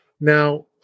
Now